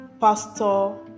Pastor